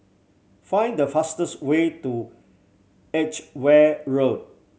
find the fastest way to Edgware Road